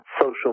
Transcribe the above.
social